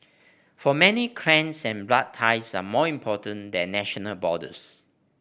for many clans and blood ties are more important than national borders